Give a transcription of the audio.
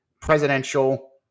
presidential